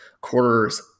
quarters